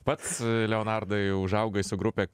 pats leonardai užaugai su grupe